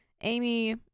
Amy